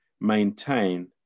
maintain